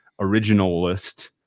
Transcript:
originalist